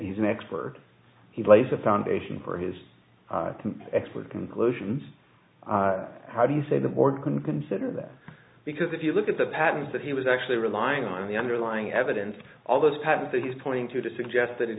he's an expert he lays the foundation for his expert conclusions how do you say the board can consider that because if you look at the patents that he was actually relying on the underlying evidence all those patents that he's pointing to to suggest that it